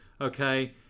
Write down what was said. Okay